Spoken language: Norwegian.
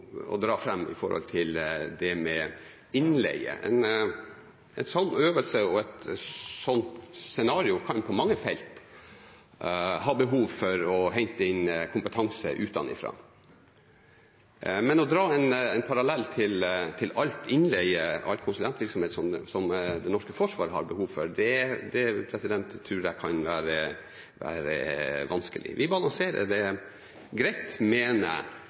et sånt scenario kan på mange felt ha behov for å hente inn kompetanse utenfra, men å dra en parallell til all innleie, all konsulentvirksomhet som det norske Forsvaret har behov for, tror jeg kan være vanskelig. Vi balanserer det greit, mener jeg,